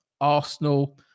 Arsenal